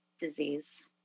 disease